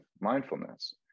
mindfulness